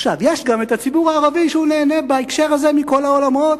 יש גם את הציבור הערבי שנהנה בהקשר הזה מכל העולמות,